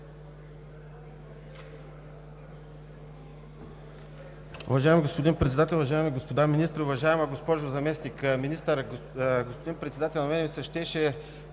България): Господин Председател, уважаеми господа министри, уважаема госпожо Заместник-министър, господин Председател! На мен ми се щеше